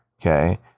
okay